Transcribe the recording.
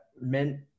meant